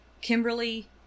Kimberly